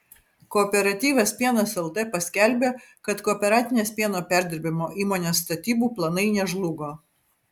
kooperatyvas pienas lt paskelbė kad kooperatinės pieno perdirbimo įmonės statybų planai nežlugo